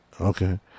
okay